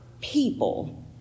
people